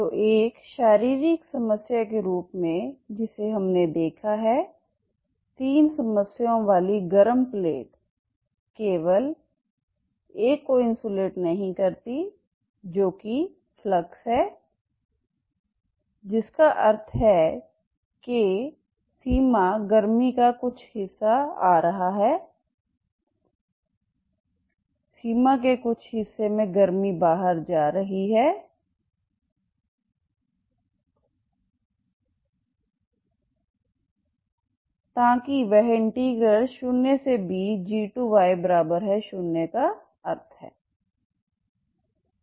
तो एक शारीरिक समस्या के रूप में जिसे हमने देखा है तीन सीमाओं वाली गर्म प्लेट केवल एक को इन्सुलेट नहीं करती है जो कि फ्लक्स है जिसका अर्थ है कि सीमा गर्मी का कुछ हिस्सा आ रहा है सीमा के कुछ हिस्से में गर्मी बाहर जा रही है ताकि वह इंटीग्रल 0bg20का अर्थ है